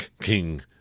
King